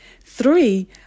Three